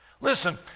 Listen